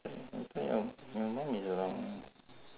your mum is around [one]